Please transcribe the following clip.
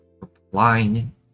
replying